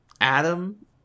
Adam